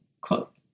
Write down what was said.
quote